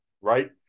right